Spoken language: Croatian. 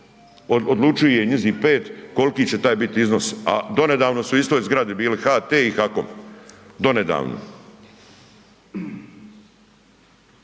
odlučuje, njih 5 koliko će taj bit iznos a donedavno su u istoj zgradi bili HT i HAKOM, donedavno.